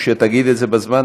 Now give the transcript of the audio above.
וכשתגיד את זה בזמן,